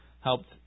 helped